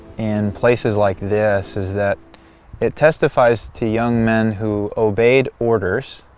and places like this is that it testifies to young men who obeyed orders,